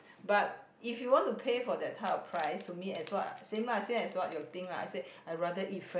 but if you want to pay for that type of price to me as waht same lah same as what you think lah I rather eat